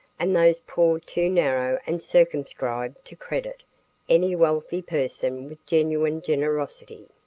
and those poor too narrow and circumscribed to credit any wealthy person with genuine generosity.